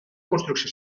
construcció